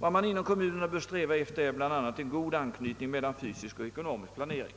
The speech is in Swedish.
Vad man inom kommunerna bör sträva efter är bl.a. en god anknytning mellan fysisk och ekonomisk planering.